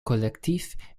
collectif